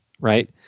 right